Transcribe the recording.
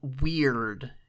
Weird